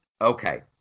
Okay